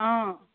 অঁ